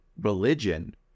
religion